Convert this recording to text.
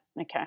Okay